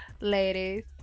ladies